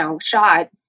shot